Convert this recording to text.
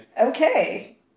Okay